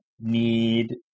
need